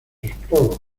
esclavos